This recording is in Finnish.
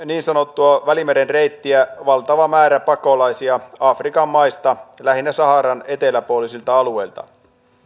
niin sanottua välimeren reittiä valtava määrä pakolaisia afrikan maista lähinnä saharan eteläpuolisilta alueilta